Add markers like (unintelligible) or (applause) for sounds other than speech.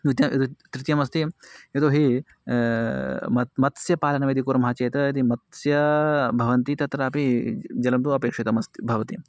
द्वितीयं (unintelligible) तृतीयमस्ति अयं यतोहि मत् मत्स्यपालनम् यदि कुर्मः चेत् इति मत्स्याः भवन्ति तत्रापि जलं तु अपेक्षितमस्ति भवति